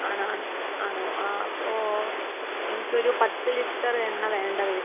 ആണ് ആണ് ആണോ അപ്പോൾ എനിക്ക് ഒര് പത്ത് ലിറ്ററ് എണ്ണ വേണ്ട വരും